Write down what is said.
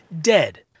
dead